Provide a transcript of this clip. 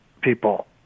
people